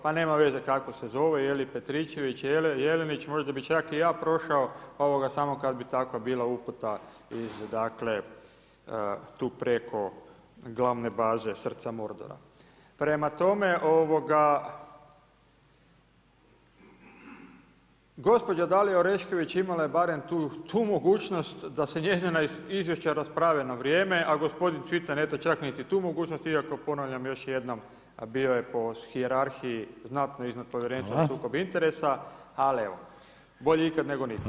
Ma nema veze kako se zove, je li Petričević, Jelenić, možda bi čak i ja prošao, samo kad bi takva bila uputu, dakle, tu preko glavne baze, srca … Prema tome, gospođa Dalija Orešković imala je barem tu mogućnost, da se njezina izvješća rasprave na vrijeme, a gospodin Cvitan, eto čak niti tu mogućnost, iako ponavljam, još jednom, bio je po hijerarhiji znatno iznad Povjerenstva o sukoba interesa, ali evo, bolje ikad nego nikad.